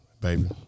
Baby